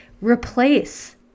Replace